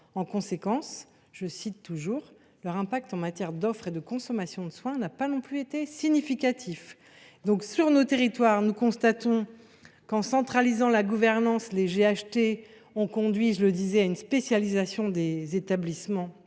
En conséquence, « leur impact en matière d’offre et de consommation de soins n’a pas non plus été significatif ». Dans nos territoires, nous constatons que, en centralisant la gouvernance, les GHT ont conduit à une spécialisation des établissements